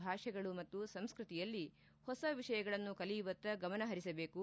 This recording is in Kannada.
ಭಾಷೆಗಳು ಮತ್ತು ಸಂಸ್ಕೃತಿಯಲ್ಲಿ ಹೊಸ ವಿಷಯಗಳನ್ನು ಕಲಿಯುವತ್ತ ಗಮನ ಪರಿಸಬೇಕು